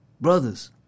Brothers